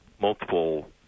multiple